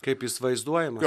kaip jis vaizduojamas